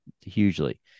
hugely